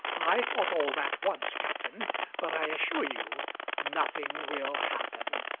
i thought all that once, captain but i assure you nothing will happen.